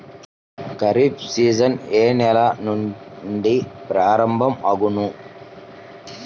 Kharif season ఏ నెల నుండి ప్రారంభం అగును?